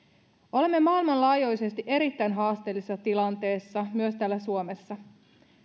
olemme maailmanlaajuisesti erittäin haasteellisessa tilanteessa myös täällä suomessa